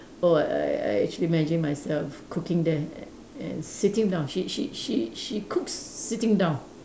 oh I I I actually imagine myself cooking there a~ and sitting down she she she she cooks sitting down